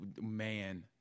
man